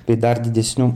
bei dar didesniu